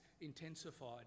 intensified